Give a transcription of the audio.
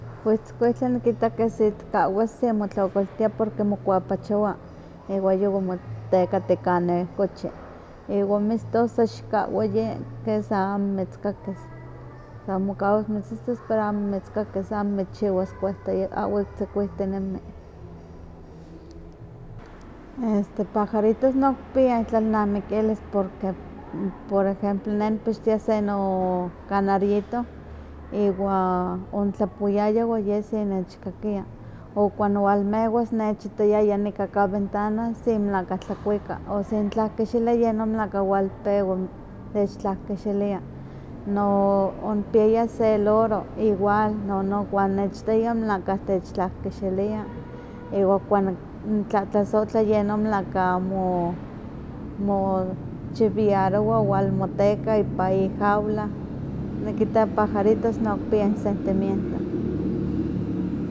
Pues tzkuihtli nikita ke si tihkawa si motliokoltia porque mokuapachowa iwa yuwi motekati kanin kochi. Iwa miston sa xikahwa ye ke san mitzkakis, san mokawa mitzitas pero amo mitzkakis amo mitzchiwas kuehta yeh awi tzikuihtinemi. Este pajaritos nokpia intlalnamikilis porque por ejemplo ne nihpixtoya se nokanarito iwa onitlapowiaya iwa ye si nechkakia, o cuando walmewas nechitaya yanika ka ventana si melahka tlakuika, o si nihtlakikixilia yeh no melahka walpewa nechtlakikixilia, no onipiaya se loro, igual nono cuando nechitaya, melahka tech tlakikixilia. Iwa cuando nitlatlasohtla yen no melahka no mochiwiarowa wan no walmoteka ipa ijaula nikita pajaritos nokipiah insentimiento.